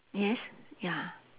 yes ya